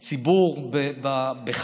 אמון הציבור בך,